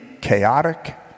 chaotic